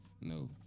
No